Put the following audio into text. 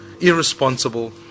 irresponsible